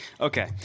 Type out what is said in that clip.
Okay